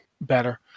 better